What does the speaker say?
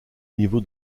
niveau